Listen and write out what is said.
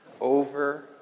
over